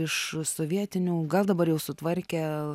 iš sovietinių gal dabar jau sutvarkė